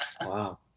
Wow